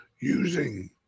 using